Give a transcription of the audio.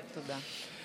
תודה.